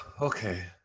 okay